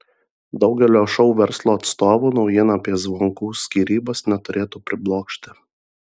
daugelio šou verslo atstovų naujiena apie zvonkų skyrybas neturėtų priblokšti